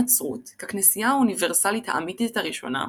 הנצרות, ככנסייה האוניברסלית האמיתית הראשונה,